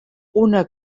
una